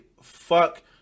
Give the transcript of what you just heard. fuck